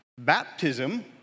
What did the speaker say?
Baptism